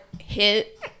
hit